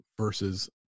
versus